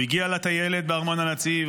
הוא הגיע לטיילת בארמון הנציב,